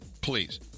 please